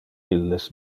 illes